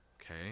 okay